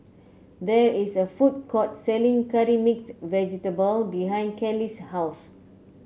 there is a food court selling Curry Mixed Vegetable behind Kellie's house